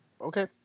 okay